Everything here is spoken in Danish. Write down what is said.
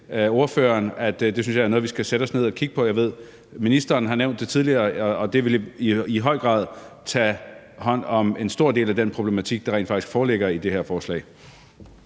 Jeg synes, det er noget, vi skal sætte os ned og kigge på. Jeg ved, at ministeren har nævnt det tidligere, og det vil i høj grad tage hånd om en stor del af den problematik, der rent faktisk beskrives i det her forslag.